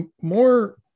more